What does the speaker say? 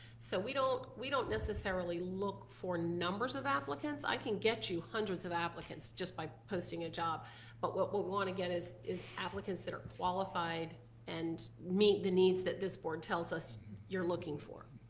so we don't we don't necessarily look for numbers of applicants. i can get you hundreds of applicants just by posting a job but what we want, again, is is applicants that are qualified and meet the needs that this board tells us you're looking for.